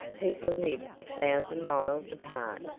people live a thousand miles apart.